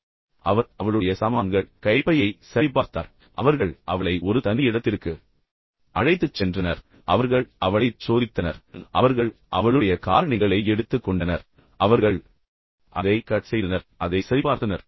எனவே அவர் அவளுடைய சாமான்கள் அனைத்தையும் சரிபார்த்தார் அவர் அவளுடைய கைப்பையை சரிபார்த்தார் அவர்கள் அவளை ஒரு தனி இடத்திற்கு அழைத்துச் சென்றனர் பின்னர் அவர்கள் அவளைச் சோதித்தனர் அவர்கள் அவளுடைய காலணிகளை எடுத்துக் கொண்டனர் அவர்கள் அதை கட் செய்தனர் பின்னர் அவர்கள் அதை சரிபார்த்தனர்